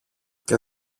και